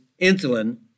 insulin